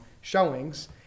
showings